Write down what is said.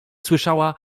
słyszała